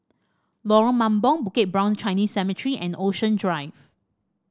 Lorong Mambong Bukit Brown Chinese Cemetery and Ocean Drive